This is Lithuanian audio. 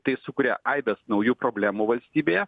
tai sukuria aibes naujų problemų valstybėje